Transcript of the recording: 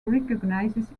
recognizes